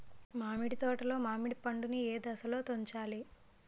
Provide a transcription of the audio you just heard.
మామిడి తోటలో మామిడి పండు నీ ఏదశలో తుంచాలి?